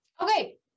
okay